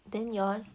then you all